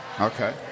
Okay